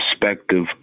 perspective